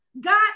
God